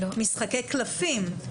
משחקי קלפים,